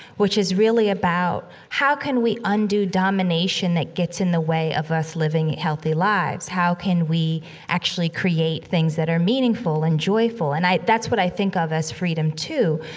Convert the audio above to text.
which is really about how can we undo domination that gets in the way of us living healthy lives. how can we actually create things that are meaningful and joyful? and i that's what i think of as freedom to.